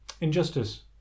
Injustice